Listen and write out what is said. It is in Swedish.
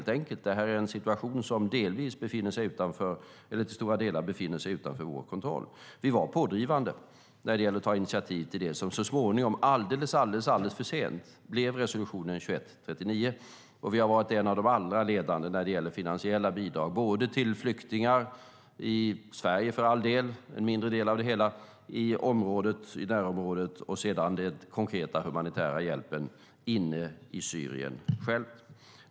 Det är en situation som till stora delar ligger utanför vår kontroll. Vi var pådrivande när det gällde att ta initiativ till det som så småningom, alldeles för sent, blev resolution 2139. Vi har varit ett av de ledande länderna när det gällt finansiellt bidrag till flyktingar dels i Sverige, för all del en mindre del av det hela, dels i närområdet och sedan i form av den konkreta humanitära hjälpen inne i Syrien.